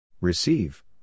Receive